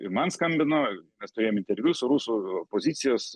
ir man skambino mes turėjom interviu su rusų opozicijos